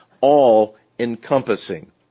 all-encompassing